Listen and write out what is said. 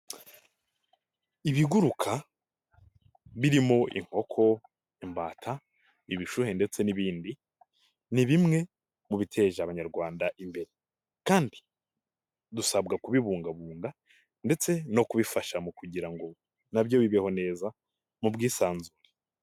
Ibiguruka birimo inkoko, imbata, ibishuhe ndetse n'ibindi ni bimwe mu biteje abanyarwanda imbere kandi dusabwa kubibungabunga ndetse no kubifasha mu kugira ngo nabyo bibeho neza mu bwisanzure.